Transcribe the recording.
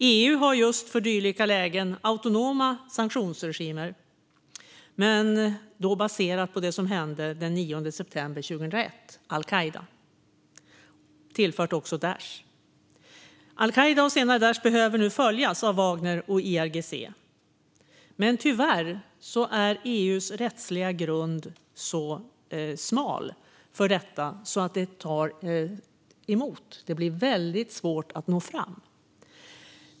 EU har just för dylika lägen autonoma sanktionsregimer, men då baserat på det som hände den 11 september 2001. al-Qaida och senare Daish har tillförts och behöver nu följas av Wagnergruppen och IRGC. Men tyvärr är EU:s rättsliga grund för detta så smal att det tar emot, och det blir väldigt svårt att nå fram.